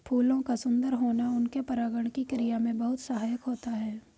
फूलों का सुंदर होना उनके परागण की क्रिया में बहुत सहायक होता है